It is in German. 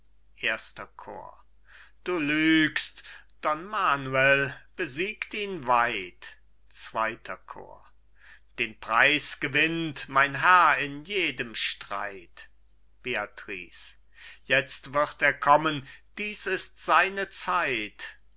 erster chor cajetan du lügst don manuel besiegt ihn weit zweiter chor bohemund den preis gewinnt mein herr in jedem streit beatrice jetzt wird er kommen dies ist seine zeit